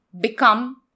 become